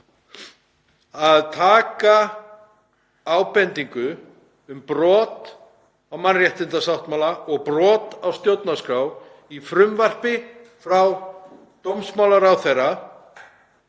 að láta ábendingu um brot á mannréttindasáttmála og stjórnarskrá í frumvarpi frá dómsmálaráðherra,